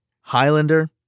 Highlander